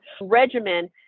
regimen